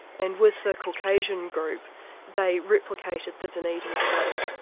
and with the caucasian group they replicated the dunedin study,